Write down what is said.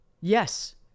Yes